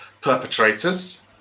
perpetrators